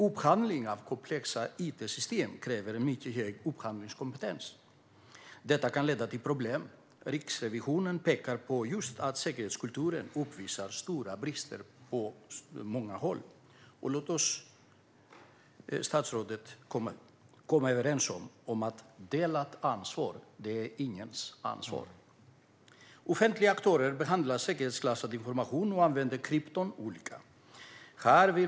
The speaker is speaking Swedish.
Upphandlingar av komplexa itsystem kräver dock en mycket hög upphandlingskompetens. Detta kan leda till problem. Riksrevisionen pekar just på att säkerhetskulturen uppvisar stora brister på många håll. Låt oss, statsrådet, komma överens om att delat ansvar är ingens ansvar. Offentliga aktörer behandlar säkerhetsklassad information och använder krypton på olika sätt.